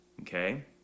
Okay